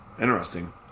Interesting